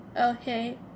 okay